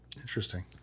Interesting